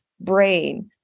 brain